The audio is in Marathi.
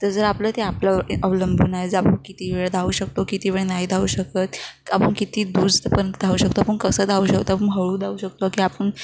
तर जर आपलं ते आपलं अवलंबून आहे ज आपण किती वेळ धावू शकतो किती वेळ नाही धावू शकत आपण किती दूरपर्यंत धावू शकतो आपण कसं धा शकतो आपण हळू धावू शकतो की आपण